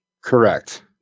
Correct